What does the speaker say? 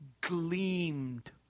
gleamed